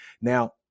Now